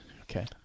Okay